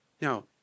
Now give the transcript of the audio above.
Now